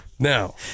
Now